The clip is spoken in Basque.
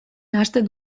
nahasten